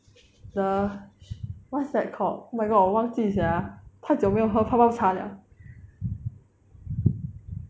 the what's that called oh my god 我忘记 sia 太久没有喝泡泡茶 liao